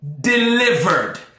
delivered